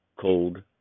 called